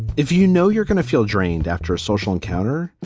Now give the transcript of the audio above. if you know you're going to feel drained after a social encounter,